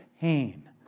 pain